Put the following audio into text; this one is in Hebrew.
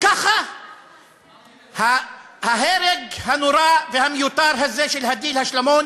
ככה ההרג הנורא והמיותר הזה של הדיל אל-השלמון